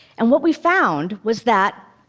and what we found was that,